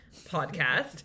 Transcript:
podcast